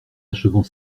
achevant